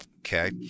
Okay